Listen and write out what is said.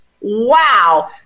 Wow